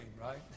right